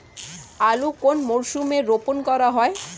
আলু কোন মরশুমে রোপণ করা হয়?